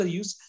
use